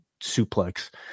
suplex